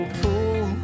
pool